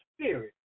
spirit